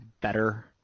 better